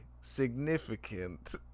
significant